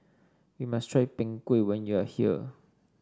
you must try Png Kueh when you are here